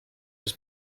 his